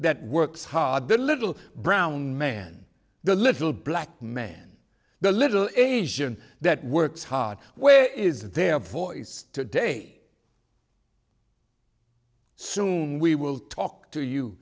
that works hard the little brown man the little black man the little agent that works hard where is their voice to day soon we will talk to you